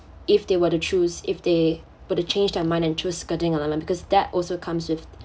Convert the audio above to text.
if they were to choose if they but to change their mind and choose skirting alignment because that also comes with